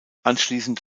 anschließend